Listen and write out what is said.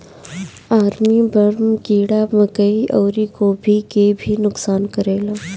army worm कीड़ा मकई अउरी गोभी के भी नुकसान करेला